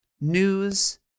news